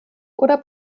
oder